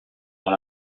dans